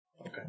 Okay